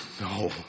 No